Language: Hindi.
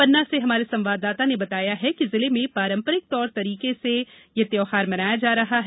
पन्ना से हमारे संवाददाता ने बताया है कि जिले में पारंपरिक तौर तरीके से मनाई जा रही है